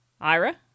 Ira